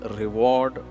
reward